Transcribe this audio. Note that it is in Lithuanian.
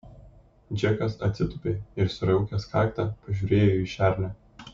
džekas atsitūpė ir suraukęs kaktą pažiūrėjo į šernę